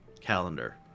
calendar